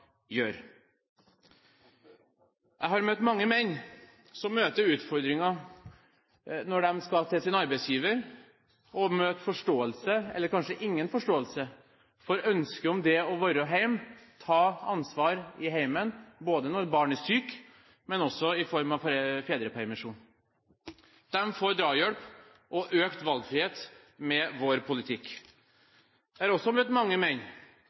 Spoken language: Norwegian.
har møtt mange menn som møter utfordringer når de skal til sin arbeidsgiver og møte forståelse – eller kanskje ingen forståelse – for ønsket om det å være hjemme, ta ansvar i hjemmet, både når barnet er sykt, og i form av fedrepermisjon. De får drahjelp og økt valgfrihet med vår politikk. Jeg har også møtt mange menn